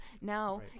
Now